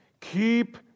Keep